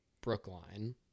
Brookline